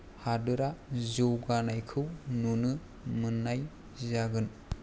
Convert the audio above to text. हादोरा जौगानायखौ नुनो मोननाय जागोन